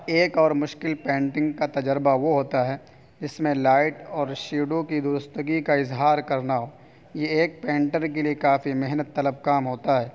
ایک اور مشکل پینٹنگ کا تجربہ وہ ہوتا ہے جس میں لائٹ اور شیڈو کی درستگی کا اظہار کرنا ہو یہ ایک پینٹر کے لیے کافی محنت طلب کا کام ہوتا ہے